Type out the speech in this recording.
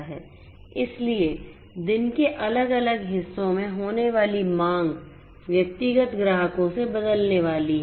इसलिए दिन के अलग अलग हिस्सों में होने वाली मांग व्यक्तिगत ग्राहकों से बदलने वाली है